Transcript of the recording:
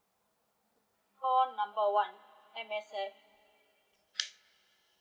call number one M_S_F